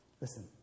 Listen